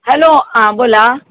hello बोला